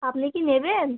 আপনি কি নেবেন